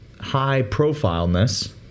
high-profileness